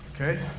Okay